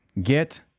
Get